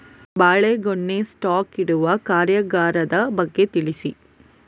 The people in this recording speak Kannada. ಬಾಳೆಗೊನೆ ಸ್ಟಾಕ್ ಇಡುವ ಕಾರ್ಯಗಾರದ ಬಗ್ಗೆ ತಿಳಿಸಿ